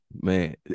Man